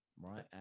right